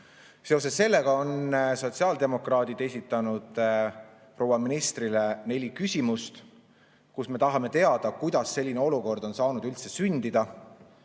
sellega on sotsiaaldemokraadid esitanud proua ministrile neli küsimust. Me tahame teada, kuidas selline olukord on saanud üldse sündida.